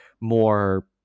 more